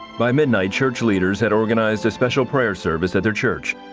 by midnight, church leaders had organized a special prayer service at their church.